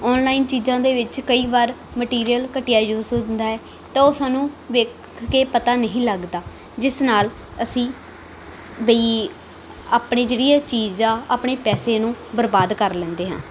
online ਚੀਜ਼ਾਂ ਦੇ ਵਿੱਚ ਕਈ ਵਾਰ ਮਟੀਰੀਅਲ ਘਟੀਆ ਯੂਜ ਹੁੰਦਾ ਹੈ ਤਾਂ ਉਹ ਸਾਨੂੰ ਵੇਖ ਕੇ ਪਤਾ ਨਹੀਂ ਲੱਗਦਾ ਜਿਸ ਨਾਲ ਅਸੀਂ ਵਈ ਆਪਣੀ ਜਿਹੜੀ ਇਹ ਚੀਜ਼ ਆ ਆਪਣੇ ਪੈਸੇ ਨੂੰ ਬਰਬਾਦ ਕਰ ਲੈਂਦੇ ਹਾਂ